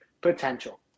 potential